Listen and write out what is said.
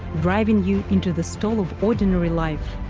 driving you into the stall of ordinary life.